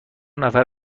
نفر